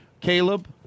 Caleb